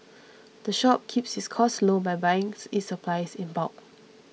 the shop keeps its costs low by buying its supplies in bulk